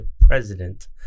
president